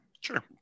Sure